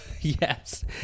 Yes